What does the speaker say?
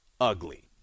ugly